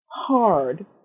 hard